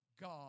God